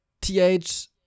th